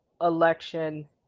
election